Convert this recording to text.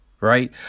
right